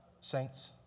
saints